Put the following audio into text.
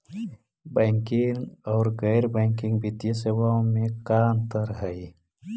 Banking और गैर banking वित्तीय सेवाओं में का अंतर हइ?